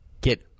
get